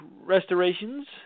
restorations